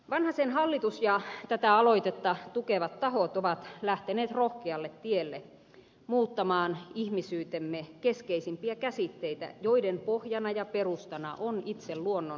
vanhasen hallitus ja tätä aloitetta tukevat tahot ovat lähteneet rohkealle tielle muuttamaan ihmisyytemme keskeisimpiä käsitteitä joiden pohjana ja perustana on itse luonnon todellisuus